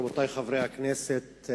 רבותי חברי הכנסת,